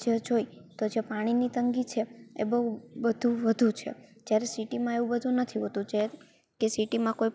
જજ હોય તો જે પાણીની તંગી છે એ બહું વધું વધું છે જયારે સિટીમાં એવું બધું નથી હોતું જે કે સિટીમાં કોઈ